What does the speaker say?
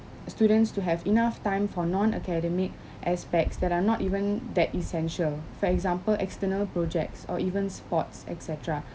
students to have enough time for non academic aspects that are not even that essential for example external projects or even sports et cetera